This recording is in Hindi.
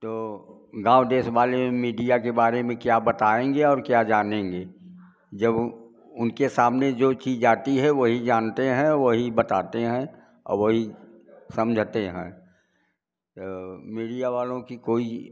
तो गाँव देश बाले मीडिया के बारे में क्या बताएँगे और क्या जानेंगे जब उनके सामने जो चीज़ आती है वही जानते हैं वही बताते हैं और वह ही समझते हैं मीडिया वालों की कोई